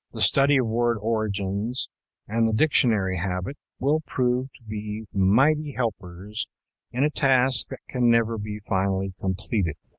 the study of word-origins and the dictionary habit, will prove to be mighty helpers in a task that can never be finally completed.